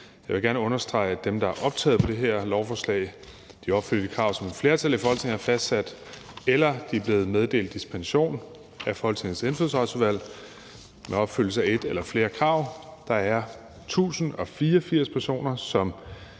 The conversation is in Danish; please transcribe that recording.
Jeg vil gerne understrege, at dem, der er optaget på det her lovforslag, opfylder de krav, som et flertal i Folketinget har fastsat, eller de er blevet meddelt dispensation af Folketingets Indfødsretsudvalg ved opfyldelse af et eller flere krav. Der er 1.084 personer, som